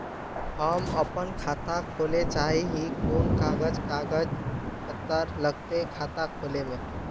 हम अपन खाता खोले चाहे ही कोन कागज कागज पत्तार लगते खाता खोले में?